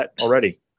already